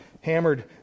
Hammered